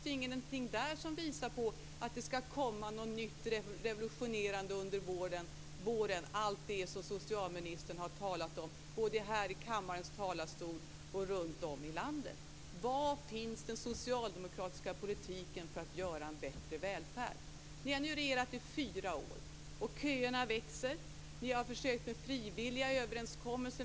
Det betyder alltså att landstingen och sjukvårdshuvudmännen under detta år skulle ha fått 5 miljarder kronor mindre och nästa år ytterligare 5 miljarder kronor mindre om Chris Heister hade fått betstämma.